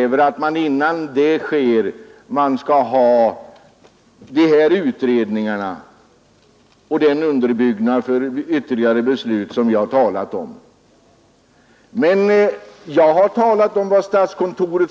Inför datateknikens framtida utveckling krävs naturligtvis de utredningar och annan underbyggnad för ytterligare beslut som jag har talat om. Men jag har här talat om vad statskontoret